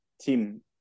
team